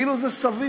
כאילו זה סביר